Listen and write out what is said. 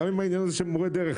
גם עם העניין הזה של מורי דרך,